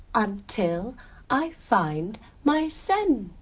until i find my centre.